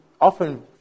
often